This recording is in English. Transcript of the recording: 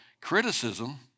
criticism